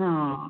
हां